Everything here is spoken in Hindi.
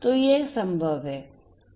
तो ये संभव हैं